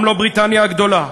גם לא בריטניה הגדולה,